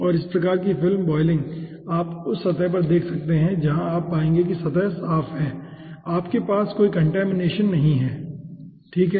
और इस प्रकार की फिल्म बॉयलिंग आप उस सतह पर देख सकते हैं जहां आप पाएंगे कि सतह साफ है और आपके पास कोई कंटैमिनेशन नहीं हैं ठीक है